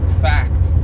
fact